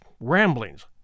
ramblings